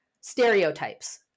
Stereotypes